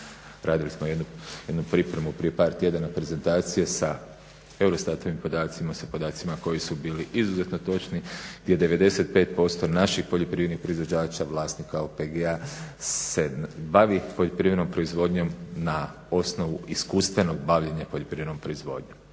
Radili smo jednu pripremu prije par tjedana, prezentacije sa EUROSTAT-ovim podacima, sa podacima koji su bili izuzetno točni gdje 95% naših poljoprivrednih proizvođača vlasnika OPG-a se bavi poljoprivrednom proizvodnjom na osnovu iskustvenog bavljenja poljoprivrednom proizvodnjom.